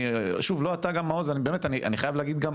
גם לא אתה, מעוז, אני באמת חייב להגיד גם